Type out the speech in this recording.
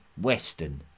western